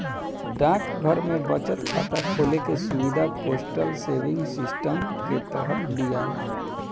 डाकघर में बचत खाता खोले के सुविधा पोस्टल सेविंग सिस्टम के तहत दियाला